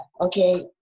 okay